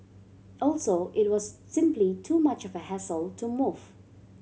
also it was simply too much of a hassle to move